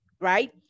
right